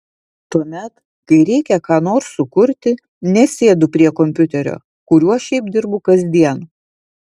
tuomet kai reikia ką nors sukurti nesėdu prie kompiuterio kuriuo šiaip dirbu kasdien